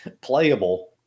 playable